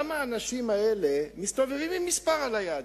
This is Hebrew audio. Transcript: למה האנשים האלה מסתובבים עם מספר על היד?